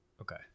Okay